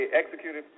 executed